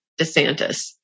DeSantis